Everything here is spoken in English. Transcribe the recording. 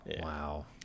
wow